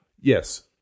Yes